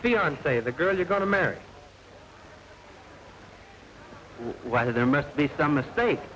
fiance the girl you're going to marry whether there must be some mistake